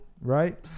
right